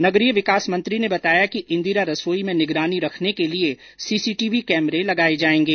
नगरीय विकास मंत्री ने बताया कि इंदिरा रसोई में निगरानी रखने के लिए सीसीटीवी कैमरे लगाये जायेंगे